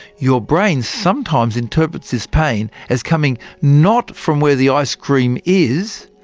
your brain sometimes interprets this pain, as coming not from where the ice-cream is,